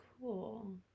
cool